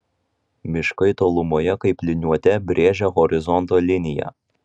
miškai tolumoje kaip liniuote brėžia horizonto liniją